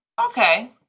Okay